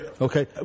Okay